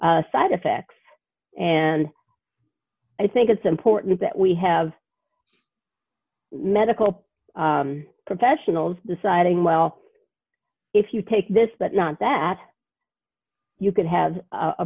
side effects and i think it's important that we have medical professionals deciding well if you take this but not that you could have a